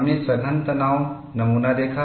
हमने सघन तनाव नमूना देखा